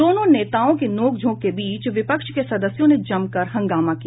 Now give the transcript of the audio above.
दोनों नेताओं के नोक झोंक के बीच विपक्ष के सदस्यों ने जमकर हंगामा किया